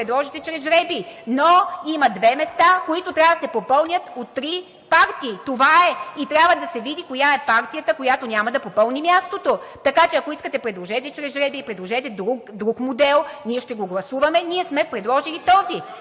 предложите чрез жребий, но има две места, които трябва да се попълнят от три партии – това е, и трябва да се види коя е партията, която няма да попълни мястото. Така че, ако искате, предложете чрез жребий, предложете друг модел. Ние ще го гласуваме. Ние сме предложили този.